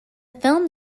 film